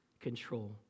control